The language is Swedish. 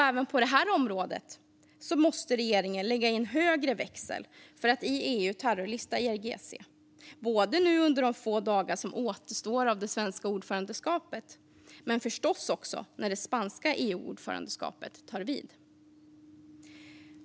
Även på detta område måste regeringen lägga i en högre växel för att terrorlista IRGC i EU, nu under de få dagar som återstår av det svenska ordförandeskapet men också, förstås, när det spanska EU-ordförandeskapet tar vid.